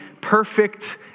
perfect